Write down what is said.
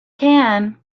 can